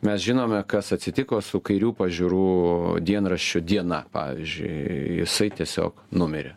mes žinome kas atsitiko su kairių pažiūrų dienraščiu diena pavyzdžiui jisai tiesiog numirė